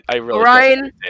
Ryan